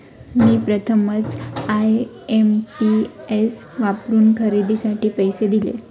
मी प्रथमच आय.एम.पी.एस वापरून खरेदीसाठी पैसे दिले